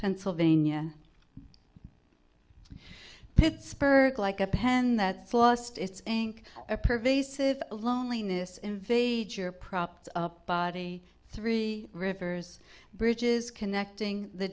pennsylvania pittsburgh like a pen that's lost its ink a pervasive loneliness invade your propped up body three rivers bridges connecting the